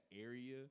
area